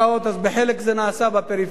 אז בחלק זה נעשה בפריפריה,